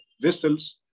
vessels